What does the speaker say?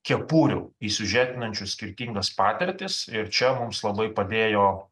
kepurių įsiužetinančių skirtingas patirtis ir čia mums labai padėjo